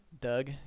Doug